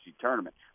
tournament